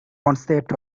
concept